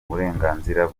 uburenganzira